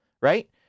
Right